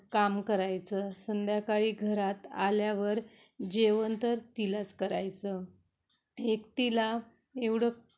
काम करायचं संध्याकाळी घरात आल्यावर जेवण तर तिलाच करायचं एकटीला एवढं